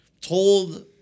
told